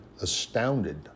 astounded